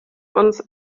uns